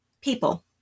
people